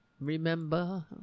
Remember